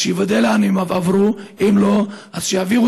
אז שיוודא לאן הם עברו.